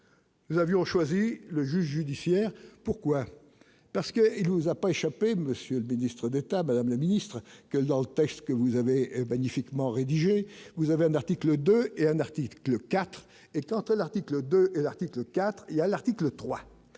nous avions choisi le juge judiciaire pourquoi parce que il nous a pas échappé monsieur le Ministre d'État, Madame la ministre, quelle dans le texte que vous avez magnifiquement rédigé, vous avez un article de et un article IV étant à l'article 2 l'article IV il y a l'article 3